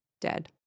dead